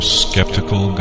skeptical